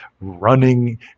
running